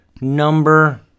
number